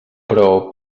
prou